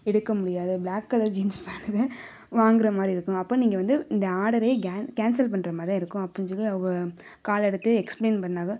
எடுக்க முடியாது black colour jeans pant தான் வாங்குகிற மாதிரி இருக்கும் அப்போ நீங்கள் வந்து இந்த ஆடரே கேன்சல் பண்ணுற மாதிரி தான் இருக்கும் அப்புடின்னு சொல்லி அவங்க காலை எடுத்து எக்ஸ்ப்ளைன் பண்ணாங்க